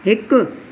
हिकु